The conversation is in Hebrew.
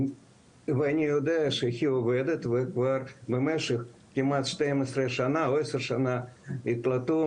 ואני יודע שהיא עובדת וכבר במשך כמעט 12 שנים או 10 שנים נקלטו,